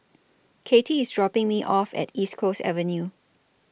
Katie IS dropping Me off At East Coast Avenue